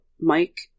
Mike